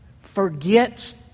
forgets